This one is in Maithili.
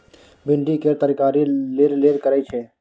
भिंडी केर तरकारी लेरलेर करय छै